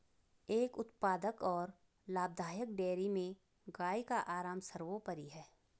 एक उत्पादक और लाभदायक डेयरी में गाय का आराम सर्वोपरि है